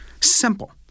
simple